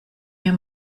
mir